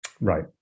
right